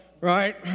right